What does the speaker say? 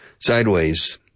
Sideways